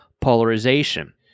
polarization